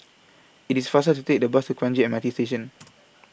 IT IS faster to Take The Bus to Kranji M R T Station